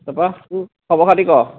তাৰপৰা তোৰ খবৰ খাতি কৱ